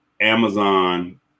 Amazon